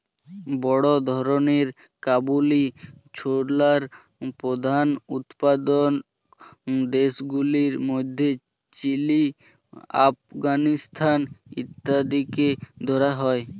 বড় ধরনের কাবুলি ছোলার প্রধান উৎপাদক দেশগুলির মধ্যে চিলি, আফগানিস্তান ইত্যাদিকে ধরা হয়